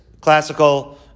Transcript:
classical